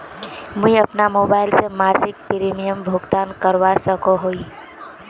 मुई अपना मोबाईल से मासिक प्रीमियमेर भुगतान करवा सकोहो ही?